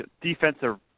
defensive